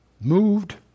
moved